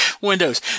Windows